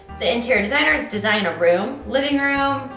the interior designers design a room, living room,